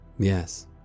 Yes